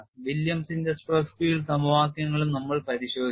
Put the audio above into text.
വില്യംസിന്റെ William's stress field സമവാക്യങ്ങളും നമ്മൾ പരിശോധിച്ചു